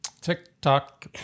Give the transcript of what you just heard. TikTok